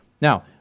Now